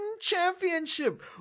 championship